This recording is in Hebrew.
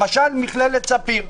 למשל מכללת ספיר,